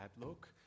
look